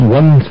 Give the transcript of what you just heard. one